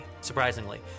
surprisingly